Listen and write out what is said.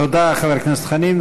תודה, חבר הכנסת חנין.